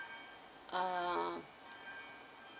uh